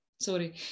sorry